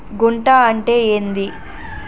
గుంట అంటే ఏంది?